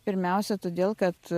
pirmiausia todėl kad